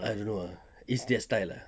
I don't know ah is their style ah